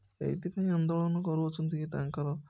ଏଇଥିପାଇଁ ଆନ୍ଦୋଳନ କରୁଅଛନ୍ତି କି ତାଙ୍କର